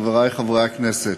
חברי חברי הכנסת,